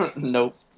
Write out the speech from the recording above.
Nope